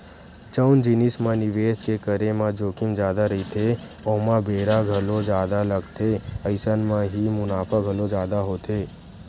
जउन जिनिस म निवेस के करे म जोखिम जादा रहिथे ओमा बेरा घलो जादा लगथे अइसन म ही मुनाफा घलो जादा होथे